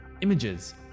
Images